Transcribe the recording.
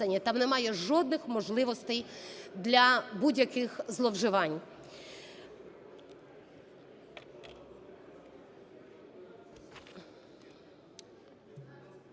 там немає жодних можливостей для будь-яких зловживань.